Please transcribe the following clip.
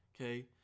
okay